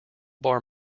bar